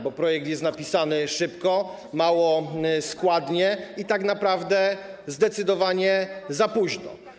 Bo projekt jest napisany szybko, mało składnie i tak naprawdę zdecydowanie za późno.